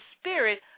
spirit